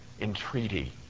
entreaty